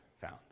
found